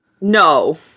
No